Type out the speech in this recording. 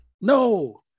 no